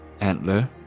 antler